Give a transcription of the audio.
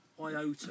iota